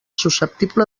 susceptible